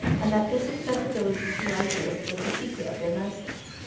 and that this accessibility to ideas was the secret of their niceness.